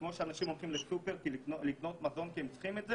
כמו שאנשים הולכים לסופר לקנות מזון כי הם צריכים את זה,